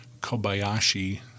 Kobayashi